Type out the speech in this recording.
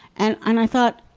and and i thought,